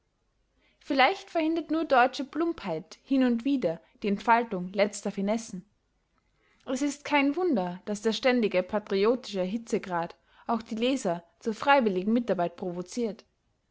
vielleicht verhindert nur deutsche plumpheit hin und wieder die entfaltung letzter finessen es ist kein wunder daß der ständige patriotische hitzegrad auch die leser zur freiwilligen mitarbeit provoziert